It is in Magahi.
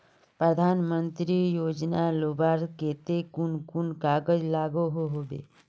प्रधानमंत्री योजना लुबार केते कुन कुन कागज लागोहो होबे?